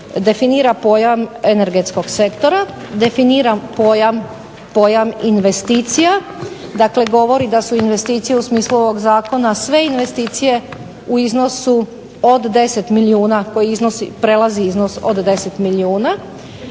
pojam energetskog sektora, definira pojam investicija. Dakle, govori da su investicije u smislu ovog zakona sve investicije u iznosu od 10 milijuna, koji prelazi iznos od 10 milijuna,